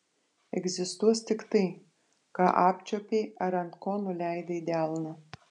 egzistuos tik tai ką apčiuopei ar ant ko nuleidai delną